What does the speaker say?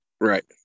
Right